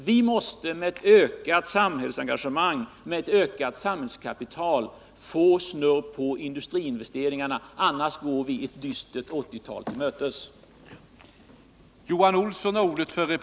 Vi måste med ett ökat samhällsengagemang, ett ökat samhällskapital få snurr på industriinvesteringarna, annars går vi ett dystert 1980-tal till mötes.